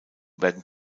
werden